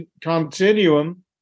continuum